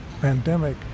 pandemic